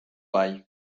bai